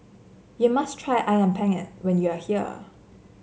you must try ayam penyet when you are here